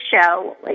show